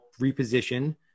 reposition